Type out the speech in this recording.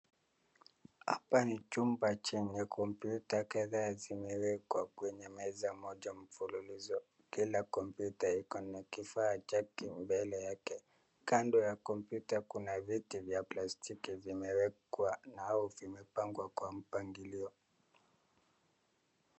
Hapa ni chumba chenye kompyuta kadhaa zimewekwa kwenye meza moja mfululizo, kila kompyuta ikona kifaa chake mbele yake kando ya kompyuta kuna viti vya plastiki vimewekwa au vimepangwa kwa mpangilio.